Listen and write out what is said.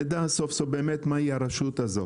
שנדע סוף סוף באמת מה היא הרשות הזאת.